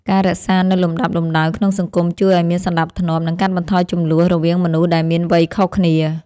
ការរក្សានូវលំដាប់លំដោយក្នុងសង្គមជួយឱ្យមានសណ្តាប់ធ្នាប់ និងកាត់បន្ថយជម្លោះរវាងមនុស្សដែលមានវ័យខុសគ្នា។